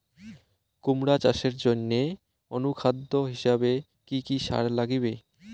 কুমড়া চাষের জইন্যে অনুখাদ্য হিসাবে কি কি সার লাগিবে?